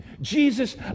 jesus